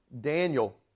Daniel